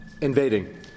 invading